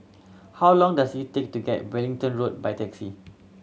how long does it take to get Wellington Road by taxi